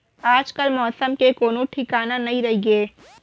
आजकाल मौसम के कोनों ठिकाना नइ रइगे